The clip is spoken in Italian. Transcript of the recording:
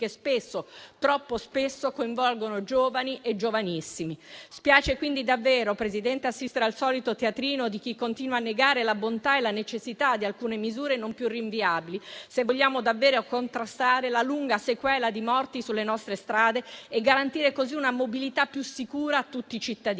spesso, troppo spesso, coinvolgono giovani e giovanissimi. Spiace davvero, Presidente, assistere al solito teatrino di chi continua a negare la bontà e la necessità di alcune misure non più rinviabili, se vogliamo davvero contrastare la lunga sequela di morti sulle nostre strade e garantire così una mobilità più sicura a tutti i cittadini,